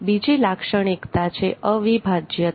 બીજી લાક્ષણિકતા છે અવિભાજ્યતા